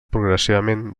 progressivament